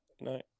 No